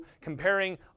comparing